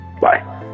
Bye